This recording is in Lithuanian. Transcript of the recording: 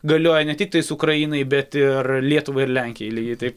galioja ne tiktais ukrainai bet ir lietuvai ir lenkijai lygiai taip